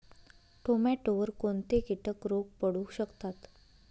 टोमॅटोवर कोणते किटक रोग पडू शकतात?